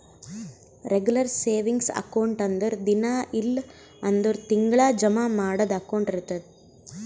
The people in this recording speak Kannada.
ರೆಗುಲರ್ ಸೇವಿಂಗ್ಸ್ ಅಕೌಂಟ್ ಅಂದುರ್ ದಿನಾ ಇಲ್ಲ್ ಅಂದುರ್ ತಿಂಗಳಾ ಜಮಾ ಮಾಡದು ಅಕೌಂಟ್ ಇರ್ತುದ್